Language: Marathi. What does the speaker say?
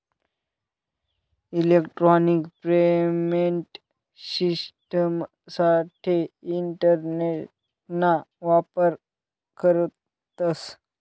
इलेक्ट्रॉनिक पेमेंट शिश्टिमसाठे इंटरनेटना वापर करतस